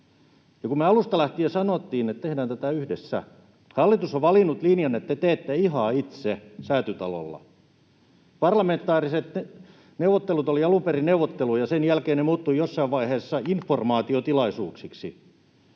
Me alusta lähtien sanottiin, että tehdään tätä yhdessä. Hallitus on valinnut linjan, että te teette ihan itse Säätytalolla. Parlamentaariset neuvottelut olivat alun perin neuvotteluja, sen jälkeen ne muuttuivat jossain vaiheessa informaatiotilaisuuksiksi.